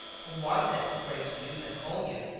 who was it, according to you, that called you?